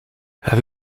have